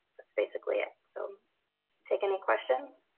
that's basically it. so take any questions.